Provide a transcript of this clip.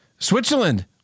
Switzerland